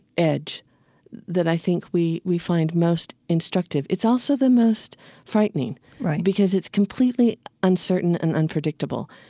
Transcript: edge that i think we we find most instructive. it's also the most frightening right because it's completely uncertain and unpredictable.